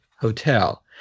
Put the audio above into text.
hotel